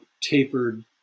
tapered